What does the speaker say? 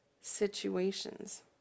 situations